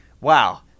wow